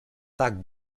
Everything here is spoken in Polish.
tak